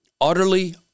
utterly